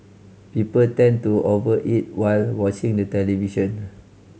people tend to over eat while watching the television